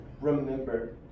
remember